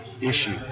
issue